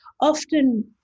often